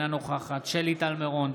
אינה נוכחת שלי טל מירון,